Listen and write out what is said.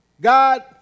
God